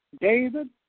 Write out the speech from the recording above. David